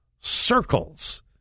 circles